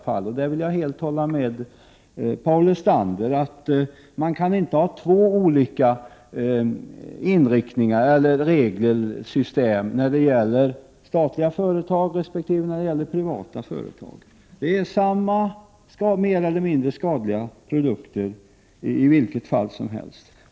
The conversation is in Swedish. På den punkten håller jag helt med Paul Lestander: Man kan inte ha två olika regelsystem, ett för statliga företag och ett för privata företag. Det handlar om samma, mer eller mindre skadliga, produkter i båda fallen.